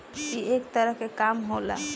ई एक तरह के काम होला